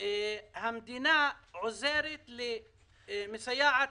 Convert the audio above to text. המדינה מסייעת